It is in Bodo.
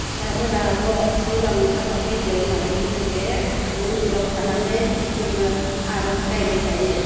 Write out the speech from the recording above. फिसाफोराल' मोजाङै जाना फैथो होननानै जोङो बे मन्दिराव थानानै जोङो आर'ज गायबाय थायो